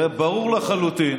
הרי ברור לחלוטין